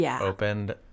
opened